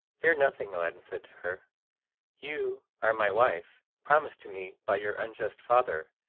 fear nothing, aladdin said to her you are my wife, promised to me by your unjust father,